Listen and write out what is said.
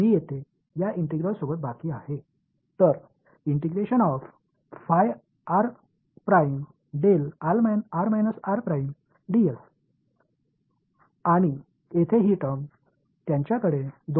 எனவே இங்கே மற்றும் இந்த வெளிப்பாடு இந்த இரண்டு விஷயங்களும் சமமாக இருந்தன மன்னிக்கவும் இது r ஆக இருக்க வேண்டும்